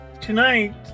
tonight